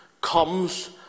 comes